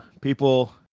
People